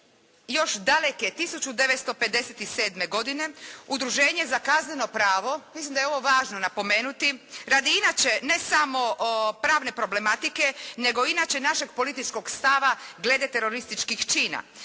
još daleke 1957. godine Udruženje za kazneno pravo, mislim da je ovo važno napomenuti, radi inače ne samo pravne problematike nego inače našeg političkog stava glede terorističkih čina.